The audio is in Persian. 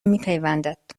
میپیوندد